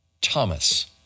Thomas